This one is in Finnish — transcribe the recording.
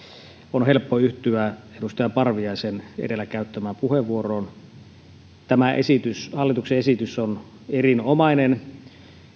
on helppo yhtyä edustaja parviaisen edellä käyttämään puheenvuoroon tämä hallituksen esitys on erinomainen